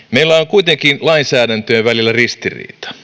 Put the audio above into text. kuitenkin lainsäädäntöjen välillä ristiriita